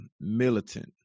militant